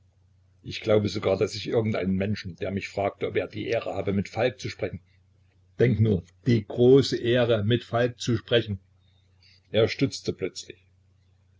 ich glaube sogar daß ich irgend einen menschen der mich fragte ob er die ehre habe mit falk zu sprechen denk nur die große ehre mit falk zu sprechen er stutzte plötzlich